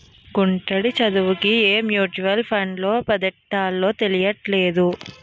గుంటడి చదువుకి ఏ మ్యూచువల్ ఫండ్లో పద్దెట్టాలో తెలీట్లేదు